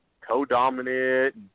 co-dominant